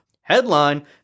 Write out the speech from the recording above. headline